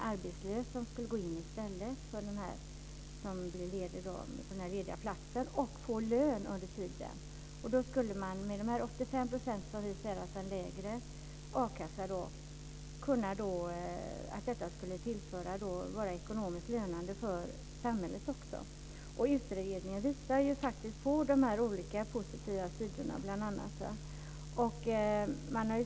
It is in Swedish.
En arbetslös skulle gå in i stället på den lediga platsen och få lön under tiden. Med en lägre a-kassa på 85 % skulle det också vara ekonomiskt lönande för samhället. Utredningen visar bl.a. på de olika positiva sidorna.